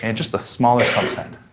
and just a smaller subset,